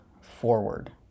forward